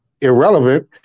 irrelevant